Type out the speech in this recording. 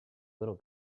little